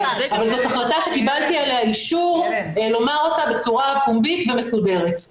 אבל זאת החלטה שקיבלתי עליה אישור לומר אותה בצורה פומבית ומסודרת.